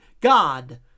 God